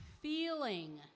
feeling